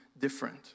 different